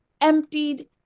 Emptied